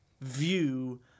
view